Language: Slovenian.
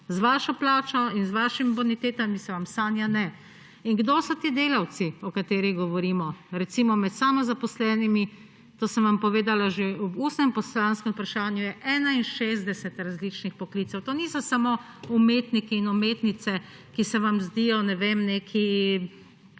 Z vašo plačo in z vašimi bonitetami se vam sanja. In kdo si ti delavci o katerih govorimo? Recimo, med samozaposlenimi, to sem vam povedala že v ustnem poslanskem vprašanju, je 61 različnih poklicev. To niso samo umetniki in umetnice, ki se vam zdijo neki